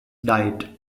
diet